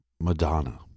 Madonna